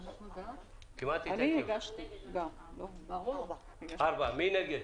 בעד, 4 נגד,